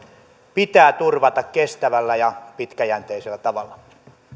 pitää turvata kestävällä ja pitkäjänteisellä tavalla